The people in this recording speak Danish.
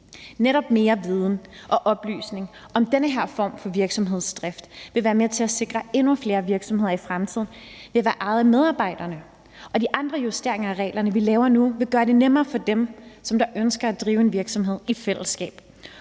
Netop mere viden og oplysning om den her form for virksomhedsdrift vil være med til at sikre, at endnu flere virksomheder i fremtiden vil være ejede af medarbejderne, og de andre justeringer af reglerne, vi laver nu, vil det gøre det nemmere for dem, som ønsker at drive en virksomhed i fællesskab.